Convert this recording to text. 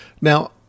Now